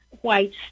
white